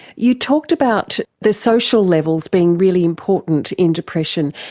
you talked about the social levels being really important in depression,